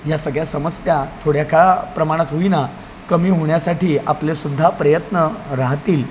या सगळ्या समस्या थोड्याका प्रमाणात होईना कमी होण्यासाठी आपले सुद्धा प्रयत्न राहतील